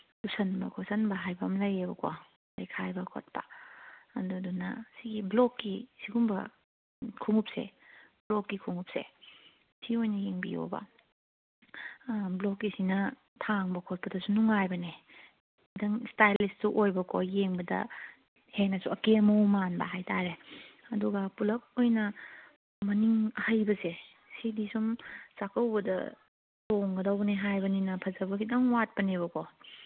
ꯇꯨꯁꯤꯟꯕ ꯈꯣꯠꯆꯤꯟꯕ ꯍꯥꯏꯕ ꯑꯃ ꯂꯩꯌꯦꯕꯀꯣ ꯂꯩꯈꯥꯏꯕ ꯈꯣꯠꯄ ꯑꯗꯨꯗꯨꯅ ꯁꯤꯒꯤ ꯕ꯭ꯂꯣꯛꯀꯤ ꯁꯤꯒꯨꯝꯕ ꯈꯣꯡꯎꯞꯁꯦ ꯕ꯭ꯂꯣꯛꯀꯤ ꯈꯣꯡꯎꯞꯁꯦ ꯁꯤ ꯑꯣꯏꯅ ꯌꯦꯡꯕꯤꯌꯣꯕ ꯕ꯭ꯂꯣꯛꯀꯤꯁꯤꯅ ꯊꯥꯡꯕ ꯈꯣꯠꯄꯗꯁꯨ ꯅꯨꯡꯉꯥꯏꯕꯅꯦ ꯈꯤꯇꯪ ꯏꯁꯇꯥꯏꯜꯂꯤꯁꯁꯨ ꯑꯣꯏꯕꯀꯣ ꯌꯦꯡꯕꯗ ꯍꯦꯟꯅꯁꯨ ꯑꯀꯦ ꯑꯃꯧ ꯃꯥꯟꯕ ꯍꯥꯏꯇꯥꯔꯦ ꯑꯗꯨꯒ ꯄꯨꯂꯞ ꯑꯣꯏꯅ ꯃꯅꯤꯡ ꯑꯍꯩꯕꯁꯦ ꯁꯤꯗꯤ ꯁꯨꯝ ꯆꯥꯛꯀꯧꯕꯗ ꯇꯣꯡꯒꯗꯧꯕꯅꯦ ꯍꯥꯏꯕꯅꯤꯅ ꯐꯖꯕ ꯈꯤꯇꯪ ꯋꯥꯠꯄꯅꯦꯕꯀꯣ